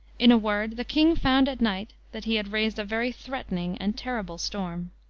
in a word, the king found at night that he had raised a very threatening and terrible storm.